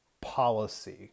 policy